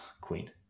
Queen